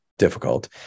difficult